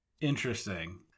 Interesting